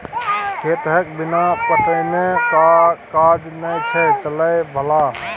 खेतके बिना पटेने काज नै छौ चलय बला